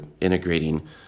integrating